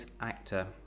actor